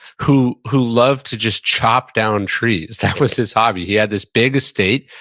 who who love to just chop down trees. that was his hobby. he had this biggest estate,